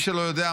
למי שלא יודע,